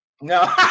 no